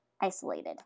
isolated